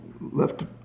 left